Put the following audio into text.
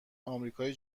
امریکای